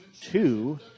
two